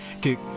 kick